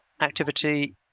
activity